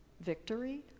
Victory